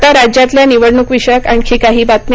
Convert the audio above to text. आता राज्यातल्या निवडणूकविषयक आणखी काही बातम्या